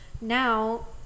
now